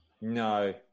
No